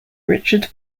richard